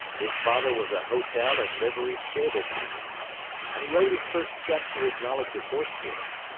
his father was a hotel and livery stable keeper and he owed his first step to his knowledge of horse-dealing.